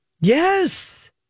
Yes